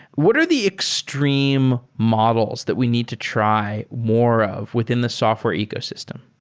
what are the extreme models that we need to try more of within the software ecosystem?